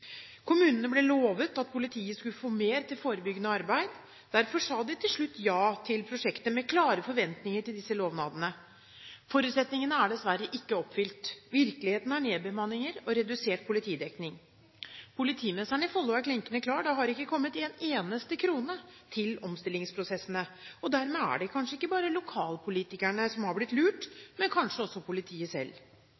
Kommunene ble lovt at politiet skulle få mer til forebyggende arbeid. Derfor sa de til slutt ja til prosjektet, med klare forventninger til disse lovnadene. Forutsetningene er dessverre ikke oppfylt. Virkeligheten er nedbemanninger og redusert politidekning. Politimesteren i Follo er klinkende klar – det har ikke kommet en eneste krone til omstillingsprosessene. Dermed er det ikke bare lokalpolitikerne som har blitt lurt,